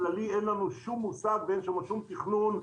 אין לנו שום מושג ואין שם שום תכנון.